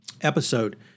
episode